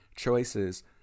choices